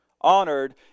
honored